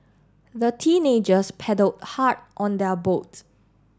the teenagers paddle hard on their boat